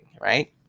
right